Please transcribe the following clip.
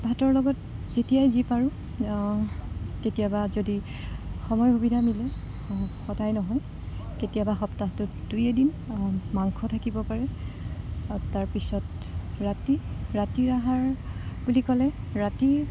ভাতৰ লগত যেতিয়াই যি পাৰোঁ কেতিয়াবা যদি সময় সুবিধা মিলে সদায় নহয় কেতিয়াবা সপ্তাহটোত দুই এদিন মাংস থাকিব পাৰে তাৰ পিছত ৰাতি ৰাতিৰ অহাৰ বুলি ক'লে ৰাতি